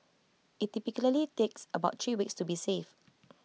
IT typically takes about three weeks to be safe